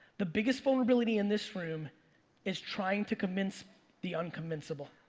the biggest vulnerability in this room is trying to convince the unconvincible.